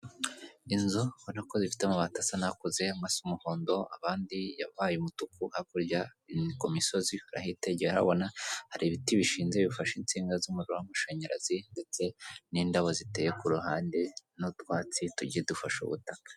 Inzu ubona ko zifite amabati asa nakuze asa umuhondo, abandi yabaye umutuku, hakurya ni ku misozi, urahitegeye urahabona hari ibiti bishinze bifashe insinga z'umuriro w'amashanyarazi ndetse n'indabo ziteye ku ruhande n'utwatsi tugiye dufashe ubutaka.